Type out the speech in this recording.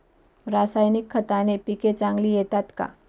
रासायनिक खताने पिके चांगली येतात का?